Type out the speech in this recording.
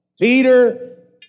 Peter